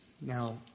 Now